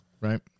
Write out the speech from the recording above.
Right